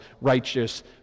righteous